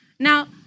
Now